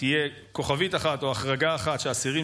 תהיה כוכבית אחת או החרגה אחת: אסירים